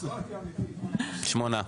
שמונה.